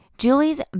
Julie's